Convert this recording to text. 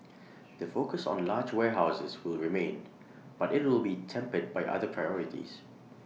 the focus on large warehouses will remained but IT will be tempered by other priorities